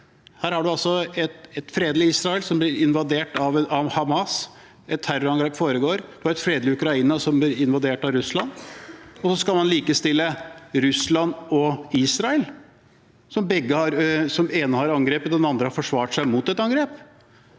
man altså et fredelig Israel som blir invadert av Hamas, et terrorangrep foregår, og et fredelig Ukraina som blir invadert av Russland, og så skal man likestille Russland og Israel, hvor den ene har angrepet og den andre har forsvart seg mot et angrep.